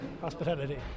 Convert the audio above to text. hospitality